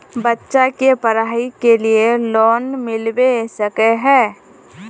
बच्चा के पढाई के लिए लोन मिलबे सके है?